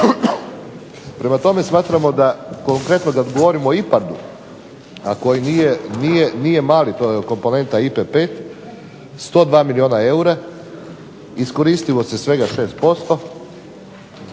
Prema tome, smatramo da konkretno da odgovorimo IPARD-u a koji nije mali. To je komponenta IPA-e pet 102 milijuna eura. Iskoristivost je svega 6%,